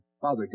Father